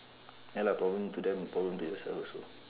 ya lah problem to them problem to yourself also